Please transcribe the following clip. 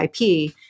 IP